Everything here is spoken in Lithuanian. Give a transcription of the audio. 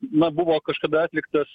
na buvo kažkada atliktas